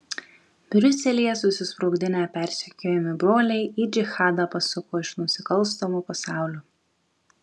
briuselyje susisprogdinę persekiojami broliai į džihadą pasuko iš nusikalstamo pasaulio